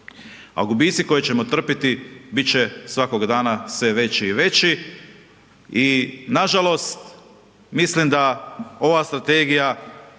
a gubici koje ćemo trpiti bit će svakoga dana sve veći i veći i nažalost mislim da ova strategija